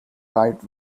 right